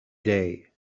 day